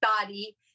body